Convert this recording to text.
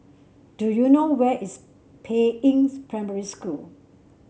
do you know where is Peiying Primary School